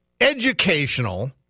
educational